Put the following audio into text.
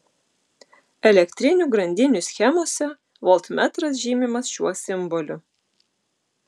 elektrinių grandinių schemose voltmetras žymimas šiuo simboliu